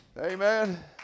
Amen